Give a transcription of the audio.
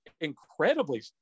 incredibly